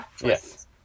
Yes